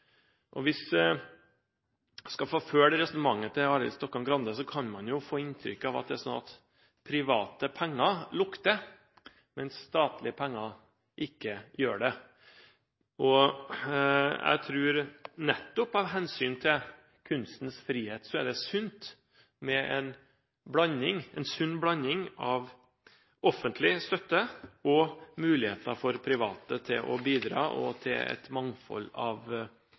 Hvis man skal forfølge resonnementet til Arild Stokkan-Grande, kan man jo få inntrykk av at private penger lukter, mens statlige penger ikke gjør det. Jeg tror at det – nettopp av hensyn til kunstens frihet – er sunt med en blanding av offentlig støtte og muligheter for private til å bidra og til et mangfold av